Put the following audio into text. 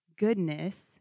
Goodness